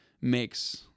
makes